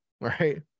Right